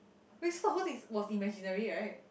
is was imaginary right